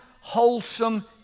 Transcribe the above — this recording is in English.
wholesome